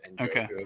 Okay